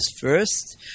first